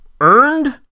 earned